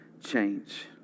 change